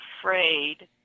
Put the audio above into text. afraid